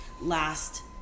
last